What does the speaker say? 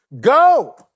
go